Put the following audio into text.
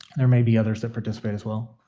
there may be others that participate as well.